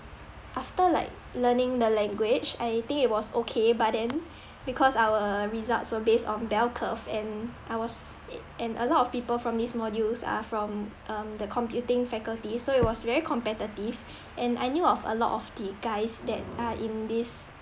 after like learning the language I think it was okay but then because our results were based on bell curve and I was uh and a lot of people from this modules are from um the computing faculty so it was very competitive and I knew of a lot of the guys that are in this